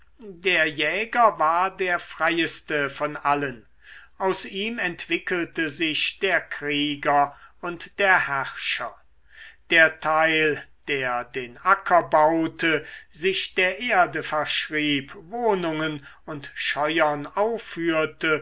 der jäger war der freieste von allen aus ihm entwickelte sich der krieger und der herrscher der teil der den acker baute sich der erde verschrieb wohnungen und scheuern aufführte